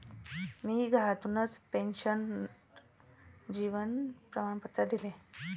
मी घरातूनच पेन्शनर जीवन प्रमाणपत्र दिले